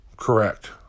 Correct